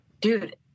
dude